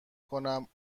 کنم